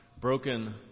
broken